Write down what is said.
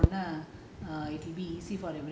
அந்த இது வந்த உடனே:antha ithu vantha udanae